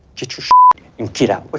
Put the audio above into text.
get your and get out. but